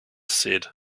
said